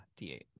d8